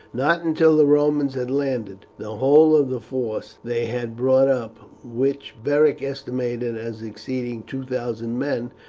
not until the romans had landed the whole of the force they had brought up, which beric estimated as exceeding two thousand men,